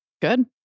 Good